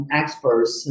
experts